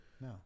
No